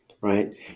right